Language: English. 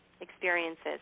experiences